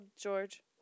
George